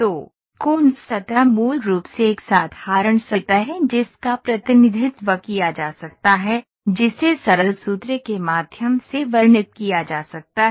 तो Coons सतह मूल रूप से एक साधारण सतह है जिसका प्रतिनिधित्व किया जा सकता है जिसे सरल सूत्र के माध्यम से वर्णित किया जा सकता है